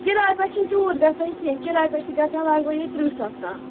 کِرایہِ پیٚٹھ چھُنہٕ تیٛوٗتھ گژھان کیٚنٛہہ کِرایہِ پیٚٹھ چھِ گژھان لگ بگ یہِ ترٕٛہ ساس تام